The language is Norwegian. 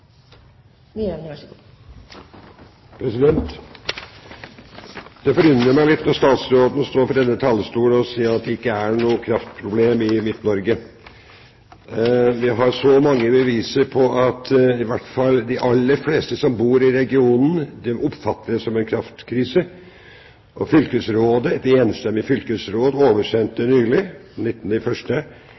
noe kraftproblem i Midt-Norge. Vi har så mange beviser på at i hvert fall de aller fleste som bor i regionen, oppfatter det som en kraftkrise, og et enstemmig fylkesråd oversendte nylig,